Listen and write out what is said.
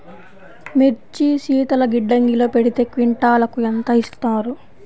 మిర్చి శీతల గిడ్డంగిలో పెడితే క్వింటాలుకు ఎంత ఇస్తారు?